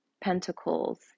pentacles